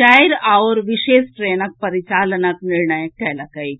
चारि आओर विशेष ट्रेनक परिचालनक निर्णय कयलक अछि